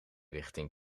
richting